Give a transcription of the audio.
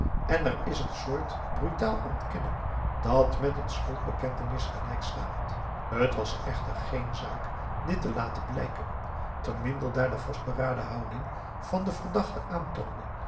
en er is een soort brutaal ontkennen dat met een schuldbekentenis gelijk staat t was echter geen zaak dit te laten blijken te minder daar de vastberaden houding van den verdachte aantoonde